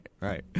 right